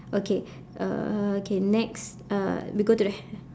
okay uh okay next uh we go to the h~